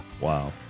wow